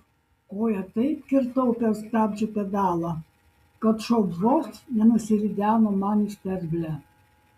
koja taip kirtau per stabdžių pedalą kad šuo vos nenusirideno man į sterblę